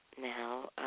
Now